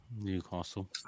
Newcastle